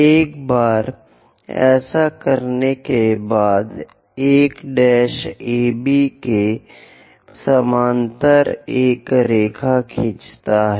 एक बार ऐसा करने के बाद 1 AB के समानांतर एक रेखा खींचता है